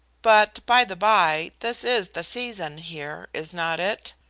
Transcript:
but by the bye, this is the season here, is not it?